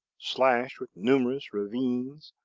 slashed with numerous ravines,